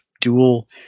dual